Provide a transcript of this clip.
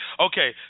Okay